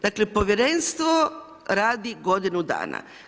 Dakle, Povjerenstvo radi godinu dana.